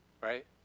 Right